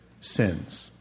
Sins